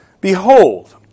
Behold